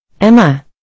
Emma